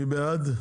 מי בעד?